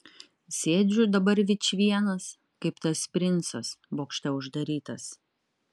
sėdžiu dabar vičvienas kaip tas princas bokšte uždarytas